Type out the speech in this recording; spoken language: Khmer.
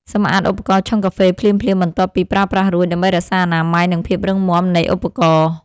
សម្អាតឧបករណ៍ឆុងកាហ្វេភ្លាមៗបន្ទាប់ពីប្រើប្រាស់រួច ដើម្បីរក្សាអនាម័យ និងភាពរឹងមាំនៃឧបករណ៍។